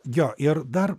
jo ir dar